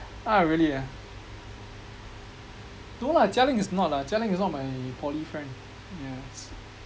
ah really ah no lah jia ling is not ah jia ling is not my poly friend yes